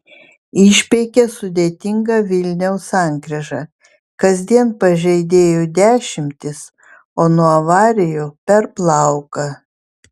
išpeikė sudėtingą vilniaus sankryžą kasdien pažeidėjų dešimtys o nuo avarijų per plauką